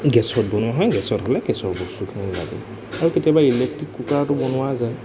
গেছত বনোৱা হয় গেছত হ'লে গেছৰ বস্তুখিনি লাগে আৰু কেতিয়াবা ইলেক্ট্ৰিক কুকাৰতো বনোৱা যায়